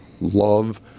love